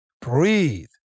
Breathe